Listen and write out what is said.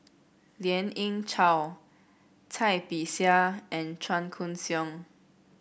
Lien Ying Chow Cai Bixia and Chua Koon Siong